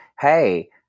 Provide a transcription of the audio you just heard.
hey